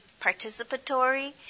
participatory